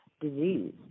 disease